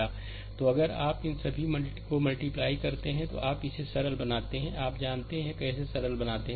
slide समय देखें 1842 तो अगर आप इन सभी को मल्टीप्लाई करते हैं तो आप इसे सरल बनाते हैंतो आप जानते हैं कैसे सरल बनाते हैं